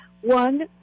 One